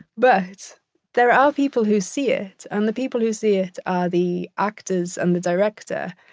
but there are people who see it, and the people who see it are the actors and the director,